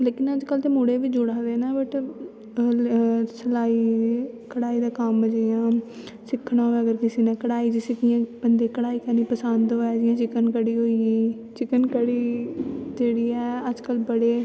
लेकिन अग कल दे मुड़े बी जुड़ा दे नै बट सलाई कढ़ाई दा कम्म जियां सिक्खना होए जियां किसी नै कढ़ाई जिसी कि कढ़ाई करनी पसंद होऐ जियां चिकन कढ़ी होई गेई चिकन कढ़ी अज कल बड़ी